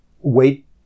wait